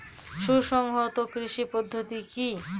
সুসংহত কৃষি পদ্ধতি কি?